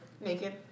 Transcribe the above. naked